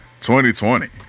2020